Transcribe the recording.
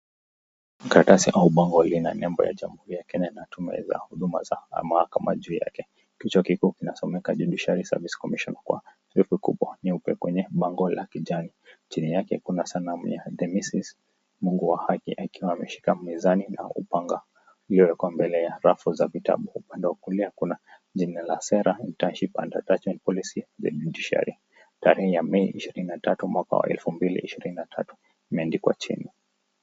Karatasi au bango hili lina nembo ya Jamhuri ya Kenya na tume ya huduma za mahakama juu yake. Kichwa kikuu kinasomeka Judicial Service Commission kwa herufi kubwa nyeupe kwenye bango la kijani. Chini yake kuna sanamu ya Themis, Mungu wa haki akiwa ameshika mizani na upanga, iliyowekwa mbele ya rafu za vitabu. Upande wa kulia kuna jina la sera Internship and Attachment Policy, The Judiciary. Tarehe ya Mei 23 mwaka wa 2023 imeandikwa chini.